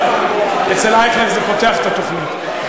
אצל אייכלר זה פותח את התוכנית.